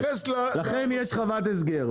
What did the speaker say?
לכם יש חוות הסגר,